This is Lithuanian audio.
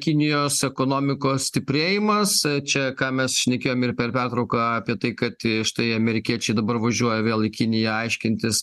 kinijos ekonomikos stiprėjimas čia ką mes šnekėjom ir per pertrauką apie tai kad štai amerikiečiai dabar važiuoja vėl į kiniją aiškintis